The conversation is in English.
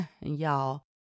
Y'all